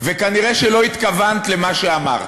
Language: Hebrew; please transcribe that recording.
וכנראה לא התכוונת למה שאמרת.